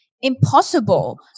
impossible